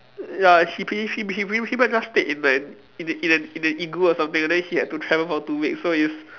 ya he pretty he pretty pretty much just stayed in a in a in a in a igloo or something then he had to travel for two weeks so it's